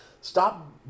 stop